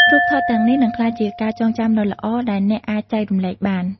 រូបថតទាំងនេះនឹងក្លាយជាការចងចាំដ៏ល្អដែលអ្នកអាចចែករំលែកបាន។